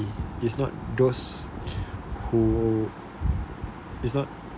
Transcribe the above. it's not those who is not